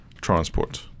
transport